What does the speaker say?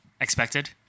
expected